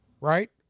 Right